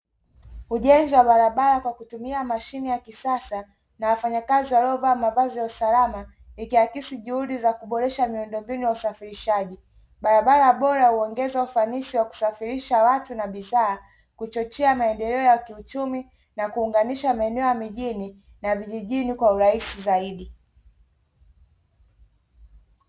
Ujenzi wa barabara kwa kutumia mashine ya kisasa na wafanyakazi waliovaaa mavazi ya usalama ikiakisi juhudi za kuboresha miundombinu ya usafirishaji, barabara bora huongeza ufanisi wa kusafirisha watu na bidhaa, kuchochea maendeleo ya kiuchumi na kuunganisha maeneo ya mijini na vijijini kwa urahisi zaidi.